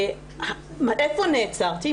איפה נעצרתי?